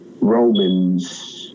Romans